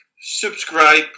subscribe